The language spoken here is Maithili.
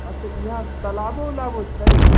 हँ तऽ ईहाँ तालाबो ऊलाबो छै